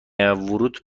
ورود